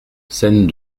scène